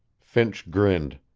finch grinned.